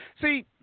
See